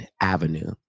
Avenue